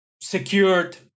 secured